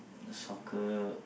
soccer